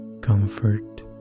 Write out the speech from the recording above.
comfort